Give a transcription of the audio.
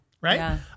Right